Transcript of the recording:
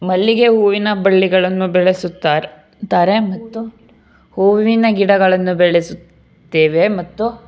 ಮಲ್ಲಿಗೆ ಹೂವಿನ ಬಳ್ಳಿಗಳನ್ನು ಬೆಳೆಸುತ್ತಾರೆ ತ್ತಾರೆ ಮತ್ತು ಹೂವಿನ ಗಿಡಗಳನ್ನು ಬೆಳಸುತ್ತೇವೆ ಮತ್ತು